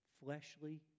fleshly